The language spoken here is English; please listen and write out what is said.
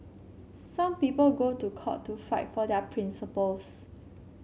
some people go to court to fight for their principles